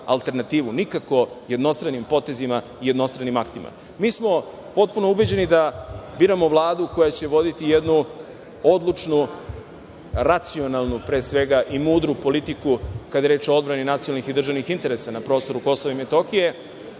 alternativu, nikako jednostranim potezima i jednostranim aktima. Mi smo potpuno ubeđeni da biramo Vladu koja će voditi jednu odlučnu, racionalnu pre svega i mudru politiku kada je reč o odbrani nacionalnih i državnih interesa na prostoru Kosova i Metohije,